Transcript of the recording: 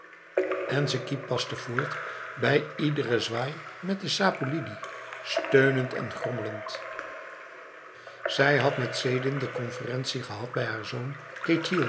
en ze kipaste voort bij iedere zwaai met de sapoe lidi steunend en grommelend zij had met sidin de conferentie gehad bij haar zoon